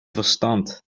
verstand